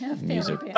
music